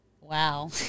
Wow